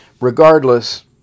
Regardless